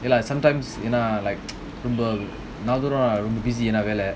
எனா:yena sometimes like ரொம்ப:romba busy ஆனவேல:ana vela